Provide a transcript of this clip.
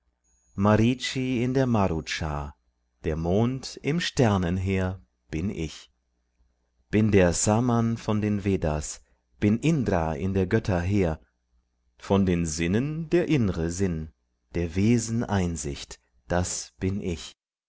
in der marut schar der mond im sternenheer bin ich bin der sman von den vedas bin indra in der götter heer von den sinnen der innre sinn der wesen einsicht das bin ich